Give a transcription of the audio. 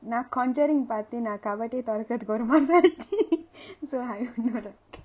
நா:naa conjuring பாத்து நா:paathu naan cupboard eh தொறக்குறதுக்கு வரமாட்டேன்:thorakkurathuku varamataen